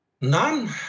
None